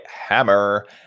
Hammer